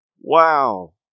Wow